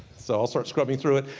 so i'll start scrubbing through it.